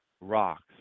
rocks